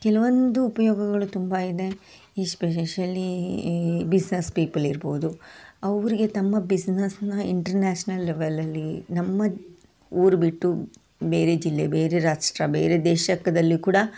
ಕೆಲವೊಂದು ಉಪಯೋಗಗಳು ತುಂಬ ಇದೆ ಎಸ್ಪೆಶಲಿ ಈ ಬಿಸ್ನೆಸ್ ಪೀಪಲ್ ಇರ್ಬೋದು ಅವರಿಗೆ ತಮ್ಮ ಬಿಸ್ನೆಸನ್ನ ಇಂಟರ್ನ್ಯಾಷ್ನಲ್ ಲೆವೆಲಲ್ಲಿ ನಮ್ಮ ಊರು ಬಿಟ್ಟು ಬೇರೆ ಜಿಲ್ಲೆ ಬೇರೆ ರಾಷ್ಟ್ರ ಬೇರೆ ದೇಶದಲ್ಲಿ ಕೂಡ